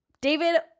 David